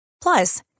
Plus